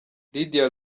lydia